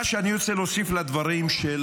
מה שאני רוצה להוסיף לדברים של